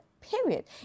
period